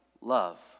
love